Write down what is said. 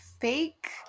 Fake